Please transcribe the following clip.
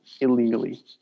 illegally